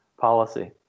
policy